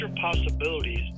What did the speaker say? possibilities